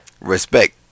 Respect